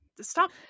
Stop